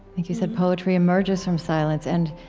you said, poetry emerges from silence. and